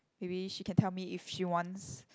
maybe she can tell me if she wants